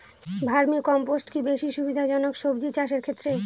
Vermi compost কি বেশী সুবিধা জনক সবজি চাষের ক্ষেত্রে?